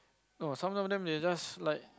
no some of them they just like